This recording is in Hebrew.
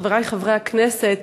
חברי חברי הכנסת,